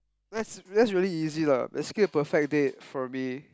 that's that's really easy lah basically a perfect date for me